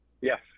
Yes